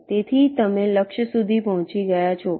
તેથી તમે લક્ષ્ય સુધી પહોંચી ગયા છો